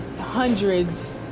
hundreds